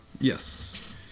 Yes